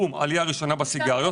בום, עלייה ראשונה בסיגריות.